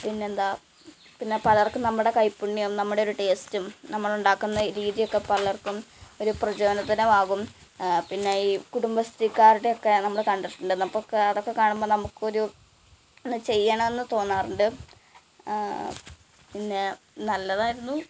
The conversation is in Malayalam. പിന്നെ എന്താണ് പിന്നെ പലര്ക്കും നമ്മുടെ കൈപ്പുണ്യം നമ്മുടെ ഒരു ടേസ്റ്റും നമ്മൾ ഉണ്ടാക്കുന്ന രീതിയൊക്കെ പലര്ക്കും ഒരു പ്രചോദനമാകും പിന്നെ ഈ കുടുംബശ്രീക്കാരുടെ ഒക്കെ നമ്മൾ കണ്ടിട്ടുണ്ട് അപ്പം ഒക്കെ അതൊക്കെ കാണുമ്പം നമുക്കൊരു ചെയ്യണം എന്ന് തോന്നാറുണ്ട് പിന്നെ നല്ലതായിരുന്നു